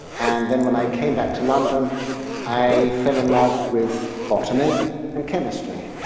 and then when i came back to london i fell in love with botany and chemistry.